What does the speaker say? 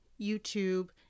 YouTube